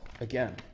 again